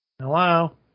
Hello